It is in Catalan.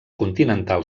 continental